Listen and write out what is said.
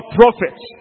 prophets